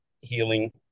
healing